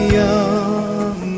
young